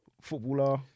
footballer